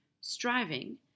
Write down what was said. striving